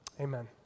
Amen